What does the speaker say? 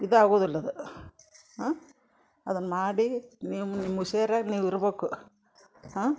ಇದು ಆಗುದುಲ್ಲದು ಅ ಅದನ್ನು ಮಾಡಿ ನಿಮ್ಮ ನಿಮ್ಮ ಹುಷೆರ್ಯಾಗ್ ನೀವು ಇರ್ಬೇಕು ಹಾಂ